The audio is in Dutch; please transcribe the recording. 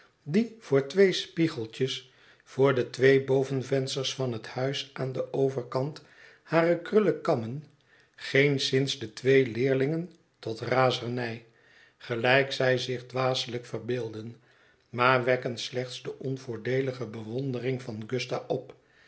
die voor twee spiegeltjes voor de twee bo venvensters van het huis aan den overkant hare krullen kammen geenszins de twee leerlingen tot razernij gelijk zij zich dwaselijk verbeelden maar wekken slechts de onvoordeelige bewondering van gusta op